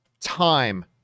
time